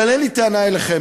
אבל אין לי טענה אליכם,